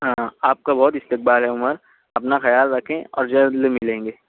ہاں آپ کا بہت استقبال ہے عمر اپنا خیال رکھیں اور جلد ملیں گے